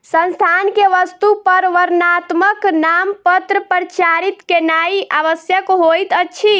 संस्थान के वस्तु पर वर्णात्मक नामपत्र प्रचारित केनाई आवश्यक होइत अछि